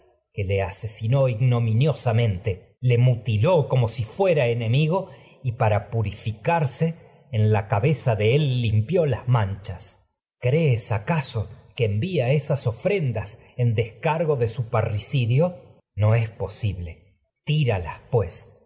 que le asesinó ignominiosa le mutiló como si fuera enemigo y para purifi en la cabeza de él limpió las manchas crees envía esas ofrendas en descargo de su parri es que no cidio posible tíralas pues